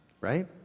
right